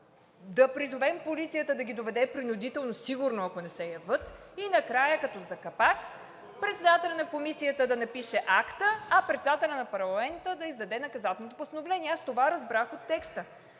да призовем полицията да ги доведе принудително, ако не се явят, и накрая, като за капак, председателят на комисията да напише акта, а председателят на парламента да издаде наказателното постановление. Аз това разбрах от текста.